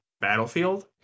battlefield